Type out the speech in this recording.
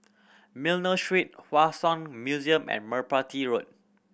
Miller Street Hua Song Museum and Merpati Road